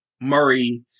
Murray